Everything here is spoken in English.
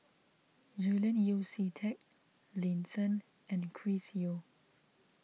Julian Yeo See Teck Lin Chen and Chris Yeo